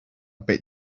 bit